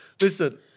Listen